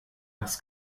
das